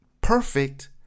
perfect